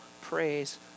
praise